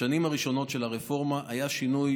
בשנים הראשונות של הרפורמה היה שינוי